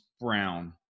Brown